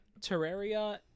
Terraria